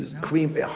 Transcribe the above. cream